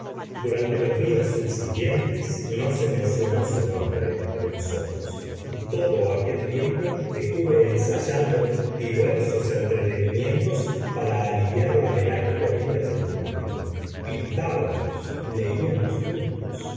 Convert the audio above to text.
durante los días subsiguientes no se mencionó su nombre entre nosotros y todo aquel tiempo estuve ensayando diversos entretenimientos para aliviar la melancolía de mi amigo pintábamos y leíamos juntos